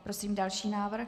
Prosím další návrh.